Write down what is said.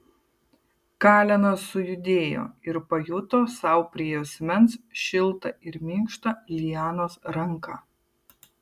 kalenas sujudėjo ir pajuto sau prie juosmens šiltą ir minkštą lianos ranką